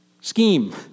scheme